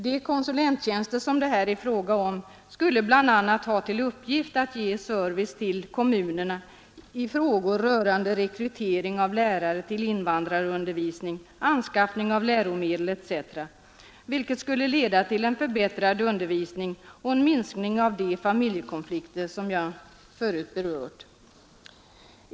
De konsulenttjänster som det här är fråga om skulle bl.a. ha till uppgift att ge service till kommunerna i frågor rörande rekrytering av lärare till invandrarundervisning, anskaffning av läromedel etc., vilket skulle leda till en förbättrad undervisning och en minskning av de familjekonflikter som jag förut berört.